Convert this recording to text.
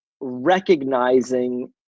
recognizing